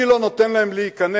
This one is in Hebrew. מי לא נותן להם להיכנס,